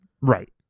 Right